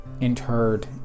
interred